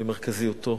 במרכזיותו,